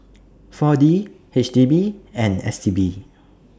four D H D B and S T B